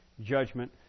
judgment